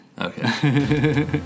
Okay